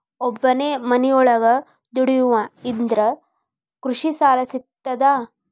ಒಬ್ಬನೇ ಮನಿಯೊಳಗ ದುಡಿಯುವಾ ಇದ್ರ ಕೃಷಿ ಸಾಲಾ ಸಿಗ್ತದಾ?